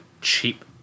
cheap